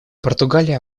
португалия